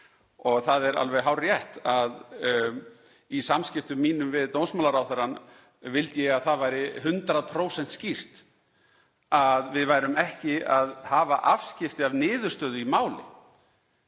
Það er alveg hárrétt að í samskiptum mínum við dómsmálaráðherra vildi ég að það væri 100% skýrt að við værum ekki að hafa afskipti af niðurstöðu í máli.